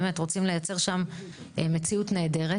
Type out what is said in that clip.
באמת, רוצים לייצר שם מציאות נהדרת.